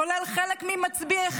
כולל חלק ממצביעיכם,